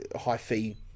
high-fee